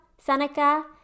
Seneca